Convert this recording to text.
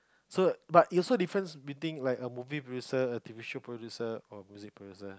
so but it also difference between like a movie producer a T_V show producer or music producer